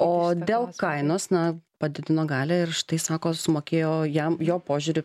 o dėl kainos na padidino galią ir štai sako sumokėjo jam jo požiūriu